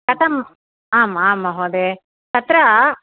कथम् आम् आं महोदय तत्र